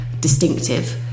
distinctive